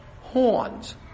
Horns